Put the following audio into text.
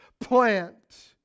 plant